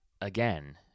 again